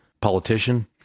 politician